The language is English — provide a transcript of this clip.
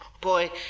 Boy